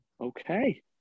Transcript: Okay